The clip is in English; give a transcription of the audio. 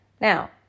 Now